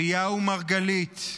אליהו מרגלית,